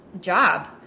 job